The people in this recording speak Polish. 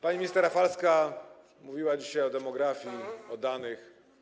Pani minister Rafalska mówiła dzisiaj o demografii, o danych.